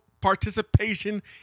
participation